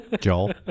Joel